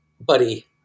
buddy